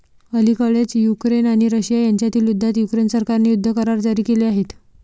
अलिकडेच युक्रेन आणि रशिया यांच्यातील युद्धात युक्रेन सरकारने युद्ध करार जारी केले आहेत